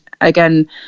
again